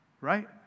right